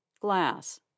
Glass